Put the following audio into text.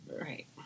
Right